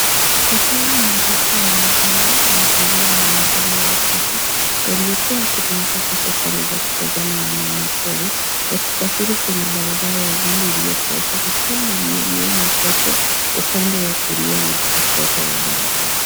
Msafara maarufu wa magari ya abiria na magari ya utalii, yaliyokuwa yakitumika kwa safari za kutazama wanyama pori, yakisafiri kwenye barabara ya vumbi iliyokauka kukiwa na mimea michache upande wa kulia na kushoto wa barabara.